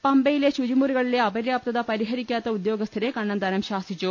പമ്പയിലെ ശുചി മുറികളിലെ അപര്യാപ്തത പരിഹരിക്കാത്ത ഉദ്യോഗസ്ഥരെ കണ്ണ ന്താനം ശാസിച്ചു